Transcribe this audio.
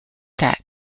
that